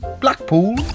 Blackpool